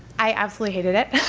i absolutely hated it.